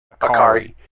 Akari